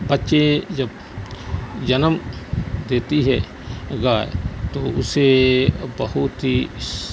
بچے جب جنم دیتی ہے گائے تو اسے بہت ہی